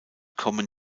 kommen